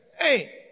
hey